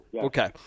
okay